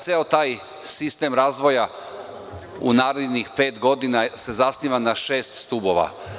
Ceo taj sistem razvoja u narednih pet godina se zasniva na šest stubova.